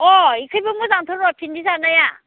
अह इखिबो मोजांथ' र' पिकनिक जानाया